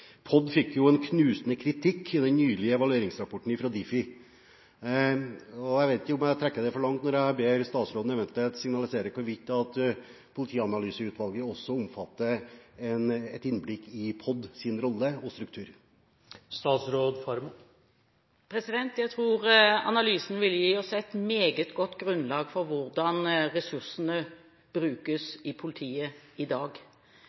POD fikk knusende kritikk i den nylige evalueringsrapporten fra Difi. Jeg vet ikke om jeg trekker det for langt når jeg ber statsråden eventuelt signalisere hvorvidt politianalyseutvalget også omfatter et innblikk i PODs rolle og struktur. Jeg tror analysen vil gi oss et meget godt grunnlag for hvordan ressursene i politiet brukes i dag.